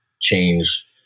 change